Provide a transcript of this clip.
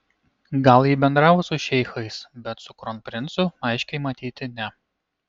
gal ji bendravo su šeichais bet su kronprincu aiškiai matyti ne